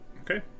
okay